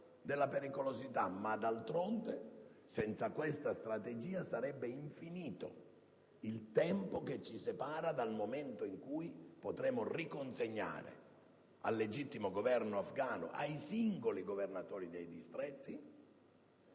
D'altronde, senza questa strategia sarebbe infinito il tempo che ci separa dal momento in cui potremo riconsegnare al legittimo Governo afgano, ai singoli governatori dei distretti,